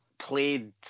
played